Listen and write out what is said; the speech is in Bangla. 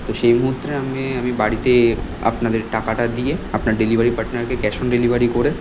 তো সেই মুহূর্তে আমি আমি বাড়িতে আপনাদের টাকাটা দিয়ে আপনার ডেলিভারি পার্টনারকে ক্যাশ অন ডেলিভারি করে